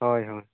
ᱦᱳᱭ ᱦᱳᱭ